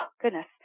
goodness